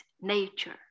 nature